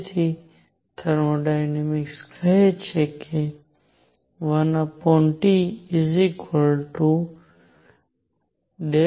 તેથી થર્મોડાયનેમિક્સ કહે છે કે 1T∂S∂UV